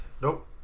Nope